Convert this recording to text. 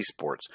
eSports